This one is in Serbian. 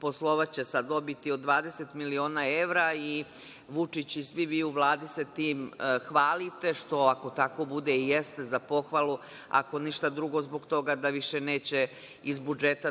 poslovaće sa dobiti od 20 miliona evra, i Vučić i svi vi u Vladi se tim hvalite, što ako tako bude i jeste za pohvalu, ako ništa drugo zbog toga da više neće iz budžeta